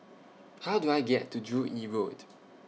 How Do I get to Joo Yee Road